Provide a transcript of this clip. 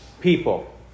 people